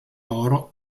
loro